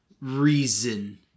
reason